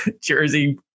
jersey